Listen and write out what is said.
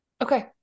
Okay